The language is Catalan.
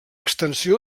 extensió